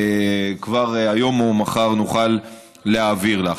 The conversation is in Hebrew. וכבר היום או מחר נוכל להעביר לך.